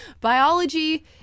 Biology